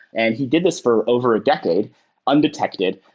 and he did this for over a decade undetected.